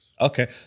Okay